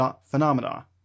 phenomena